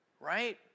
right